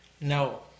No